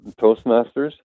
Toastmasters